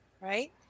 right